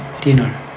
dinner